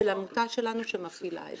של עמותה שלנו שמפעילה את זה.